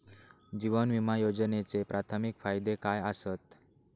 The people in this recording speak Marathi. जीवन विमा योजनेचे प्राथमिक फायदे काय आसत?